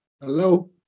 Hello